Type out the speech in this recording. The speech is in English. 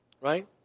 right